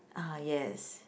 uh yes